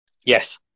Yes